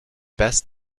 best